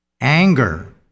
anger